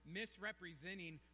misrepresenting